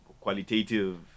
qualitative